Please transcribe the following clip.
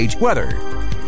Weather